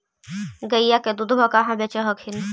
गईया के दूधबा कहा बेच हखिन?